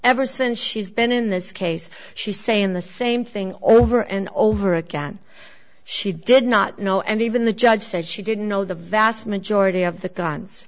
ever since she's been in this case she say in the same thing over and over again she did not know and even the judge said she didn't know the vast majority of the g